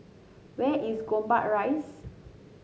where is Gombak Rise